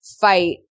fight